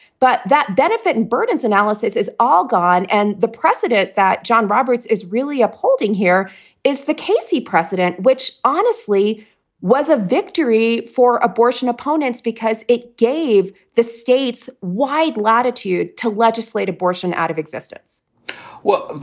but that benefit and burdens analysis is all gone. and the precedent that john roberts is really upholding here is the casey precedent, which honestly was a victory for abortion opponents because it gave the states wide latitude to legislate abortion out of existence well,